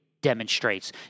demonstrates